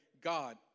God